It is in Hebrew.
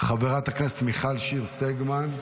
חברת הכנסת מיכל שיר סגמן,